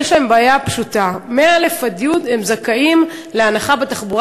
יש להם בעיה פשוטה: מא' עד י' הם זכאים להנחה בתחבורה